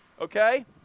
Okay